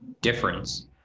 difference